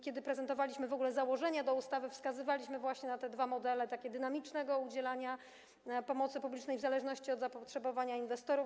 Kiedy prezentowaliśmy w ogóle założenia do ustawy, wskazywaliśmy właśnie na te dwa modele takiego dynamicznego udzielania pomocy publicznej w zależności od zapotrzebowania inwestorów.